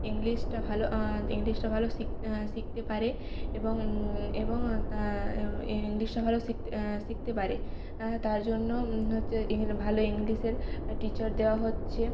ইংলিশটা ভালো ইংলিশটা ভালো শিখতে পারে এবং এবং তা ইংলিশটা ভালো শিখতে শিখতে পারে অ্যাঁ তার জন্য হচ্ছে এখানে ভালো ইংলিশের টিচার দেওয়া হচ্ছে